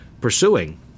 pursuing